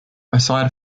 aside